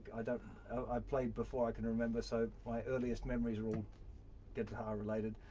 i played before i can remember so my earliest memories were all guitar related,